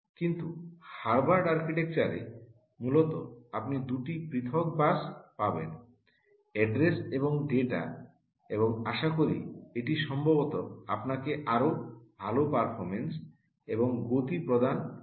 কিন্তু হার্ভার্ড আর্কিটেকচারে মূলত আপনি দুটি পৃথক বাস পাবেন অ্যাড্রেস এবং ডেটা এবং আশা করি এটি সম্ভবত আপনাকে আরও ভাল পারফরম্যান্স এবং গতি প্রদান করতে পারে